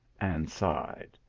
and sighed.